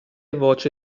voce